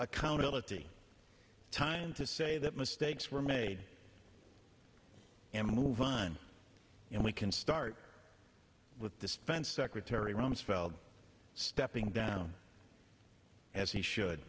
accountability time to say that mistakes were made and move on and we can start with dispence secretary rumsfeld stepping down as he should